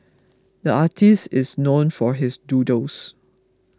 the artist is known for his doodles